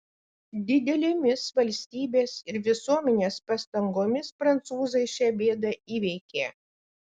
didelėmis valstybės ir visuomenės pastangomis prancūzai šią bėdą įveikė